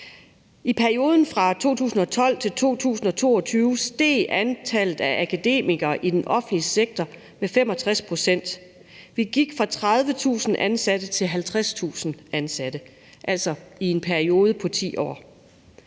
I perioden fra 2012 til 2022 steg antallet af akademikere i den offentlige sektor med 65 pct. Vi gik fra 30.000 ansatte til 50.000 ansatte, altså i en periode på 10 år.